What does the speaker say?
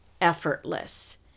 effortless